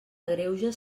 greuges